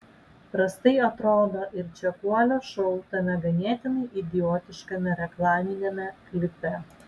prastai atrodo ir čekuolio šou tame ganėtinai idiotiškame reklaminiame klipe